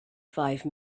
five